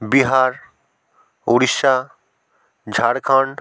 Bihar Orissa Jharkhand